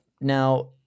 Now –